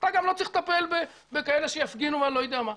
אתה גם לא צריך לטפל בכאלה שיפגינו ואני לא יודע מה.